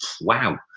wow